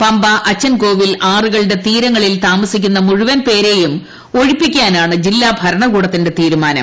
പമ്പ അച്ചൻകോവിൽ ആറുകളുടെ തീരങ്ങളിൽ താമസിക്കുന്ന മുഴുവൻ പേരേയും ഒഴിപ്പിക്കാനാണ് ജില്ലാ ഭരണകൂടത്തിന്റെ തീരുമാനം